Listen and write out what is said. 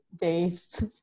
days